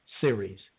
series